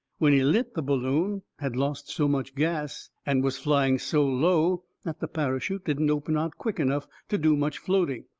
when he lit the balloon had lost so much gas and was flying so low that the parachute didn't open out quick enough to do much floating.